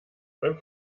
beim